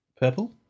Purple